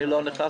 אני לא נכנס,